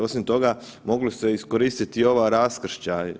Osim toga, mogli ste iskoristiti i ova raskršća.